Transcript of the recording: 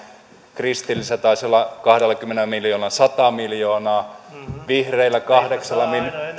kristillisillä taisi olla kahdellakymmenellä miljoonalla sata miljoonaa vihreillä kahdeksalla